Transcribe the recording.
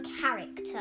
character